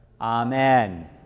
amen